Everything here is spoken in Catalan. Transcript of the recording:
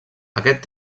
aquest